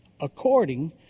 according